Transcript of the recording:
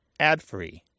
adfree